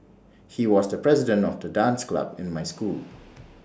he was the president of the dance club in my school